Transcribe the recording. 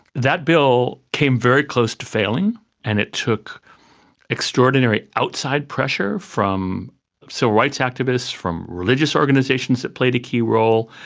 that bill came very close to failing and it took extraordinary outside pressure from civil so rights activists, from religious organisations that played a key role,